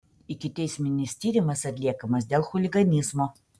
ikiteisminis tyrimas atliekamas dėl chuliganizmo